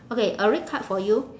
okay a red card for you